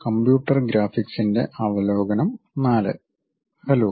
computer ഗ്രാഫിക്സിന്റെ അവലോകനം IV hello